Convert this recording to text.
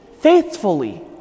faithfully